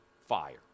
fire